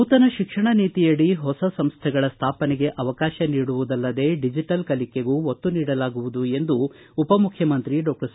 ನೂತನ ಶಿಕ್ಷಣ ನೀತಿ ಅಡಿ ಹೊಸ ಸಂಸ್ಥೆಗಳ ಸ್ಥಾಪನೆಗೆ ಅವಕಾಶ ನೀಡುವುದಲ್ಲದೇ ಡಿಜಿಟಲ್ ಕಲಿಕೆಗೂ ಒತ್ತು ನೀಡಲಾಗುವುದು ಎಂದು ಉಪಮುಖ್ಯಮಂತ್ರಿ ಡಾಕ್ಷರ್ ಸಿ